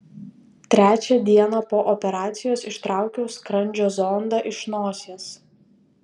trečią dieną po operacijos ištraukiau skrandžio zondą iš nosies